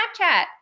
Snapchat